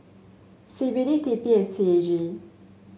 C B D T P and C A G